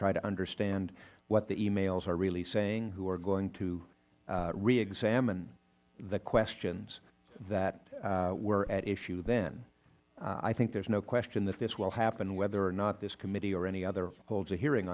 try to understand what the e mails are really saying who are going to reexamine the questions that were at issue then i think there is no question that this will happen whether or not this committee or any other holds a hearing